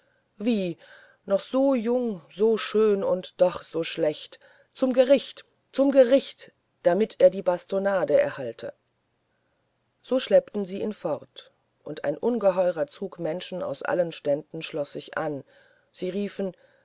wie noch so jung so schön und doch so schlecht zum gericht zum gericht damit er die bastonade erhalte so schleppten sie ihn fort und ein ungeheurer zug menschen aus allen ständen schloß sich an sie riefen